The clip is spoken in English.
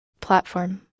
platform